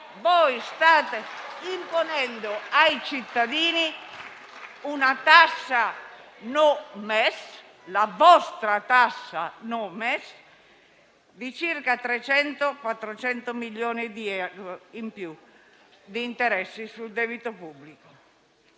Voi state imponendo ai cittadini una tassa no-MES, la vostra tassa no-MES, di circa 300-400 milioni di euro in più di interessi sul debito pubblico.